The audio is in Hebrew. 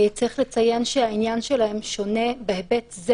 צריך לציין שהעניין שלהם שונה בהיבט זה